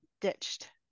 ditched